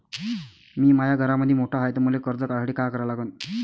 मी माया घरामंदी मोठा हाय त मले कर्ज काढासाठी काय करा लागन?